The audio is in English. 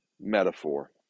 metaphor